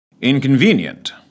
Inconvenient